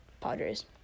Padres